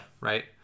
Right